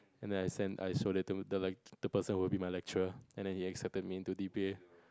and then I send I showed it to the like the person who would be my lecturer and then he accepted me into D_P_A